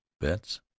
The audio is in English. Bets